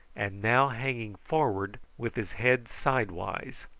and now hanging forward with his head sidewise,